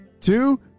two